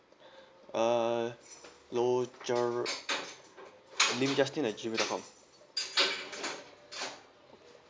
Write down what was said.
uh roger lim justin at G mail dot com